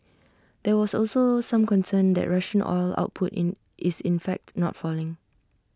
there was also some concern that Russian oil output is in fact not falling